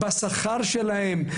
בשכר שלהן,